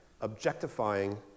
objectifying